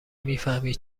میفهمی